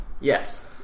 Yes